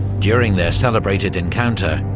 during their celebrated encounter,